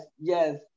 yes